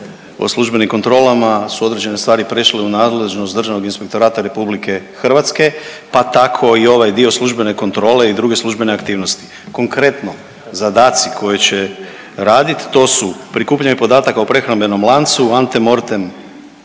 o službenim kontrolama su određene stvari prešle u nadležnost Državnog inspektorata RH, pa tako i ovaj dio službene kontrole i druge službene aktivnosti. Konkretno, zadaci koje će radit to su, prikupljanje podataka o prehrambenom lancu, ante mortem